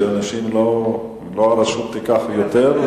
שהרשות לא תיקח יותר,